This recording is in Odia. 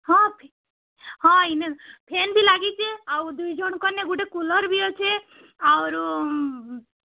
ହଁ ହଁ ଇନେ ଫେନ୍ ବି ଲାଗିଛେ ଆଉ ଦୁଇ ଜଣକଁର୍ ନେ ଗୁଟେ କୁଲର୍ ବି ଅଛେ ଆରୁ